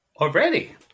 Already